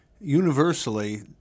universally